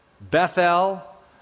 Bethel